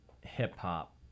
hip-hop